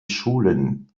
schulen